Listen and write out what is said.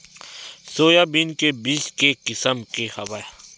Soybean के बीज के किसम के हवय?